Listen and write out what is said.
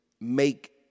make